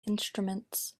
instruments